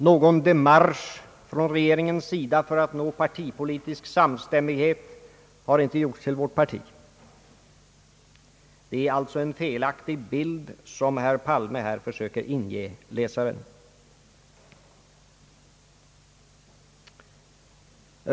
Någon demarsch från regeringens sida för att nå partipolitisk samstämmighet har inte gjorts till vårt parti. Det är alltså en felaktig bild som herr Palme försöker inge läsaren.